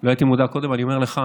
אני אומר לך,